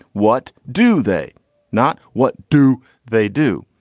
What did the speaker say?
what do they not what do they do?